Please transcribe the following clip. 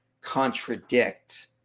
contradict